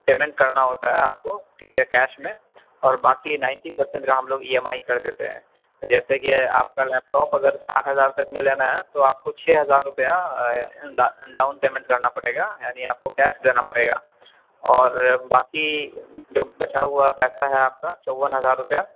payment کرنا ہوتا ہے آپ کو ٹھیک ہے کیش میں اور باقی نائنٹی پرسینٹ کا ہم لوگ ای ایم آئی کر دیتے ہیں جیسے کہ آپ کا لیپ ٹاپ اگر ساٹھ ہزار تک میں لینا ہے تو آپ کو چھ ہزار روپیہ ڈاؤن پیمنٹ کرنا پڑے گا یعنی آپ کو کیش دینا پڑے گا اور باقی جو بچا ہوا پیسہ ہے آپ کا چون ہزار روپیہ